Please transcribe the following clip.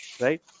Right